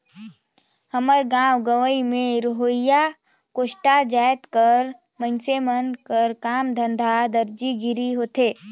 हमर गाँव गंवई में रहोइया कोस्टा जाएत कर मइनसे मन कर काम धंधा दरजी गिरी होथे